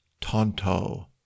Tonto